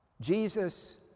Jesus